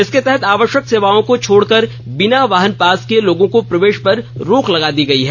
इसके तहत आवश्यक सेवाओं को छोड़कर बिना वाहन पास के लोगों को प्रवेश पर रोक लगा दी गई है